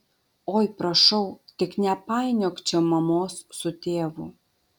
oi prašau tik nepainiok čia mamos su tėvu